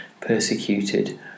persecuted